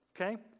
okay